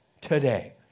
today